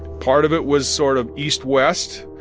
part of it was sort of east west.